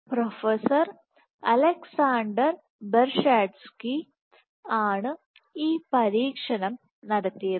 professor Alexander Bershadsky ആണ് ഈ പരീക്ഷണം നടത്തിയത്